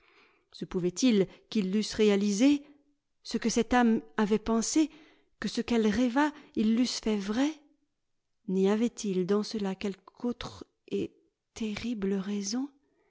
se pouvait-il qu'ils l'eussent réalisé ce que cette âme avait pensé que ce qu'elle rêva ils l'eussent fait vrai n'y avait-il dans cela quelque autre et terrible